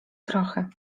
trochę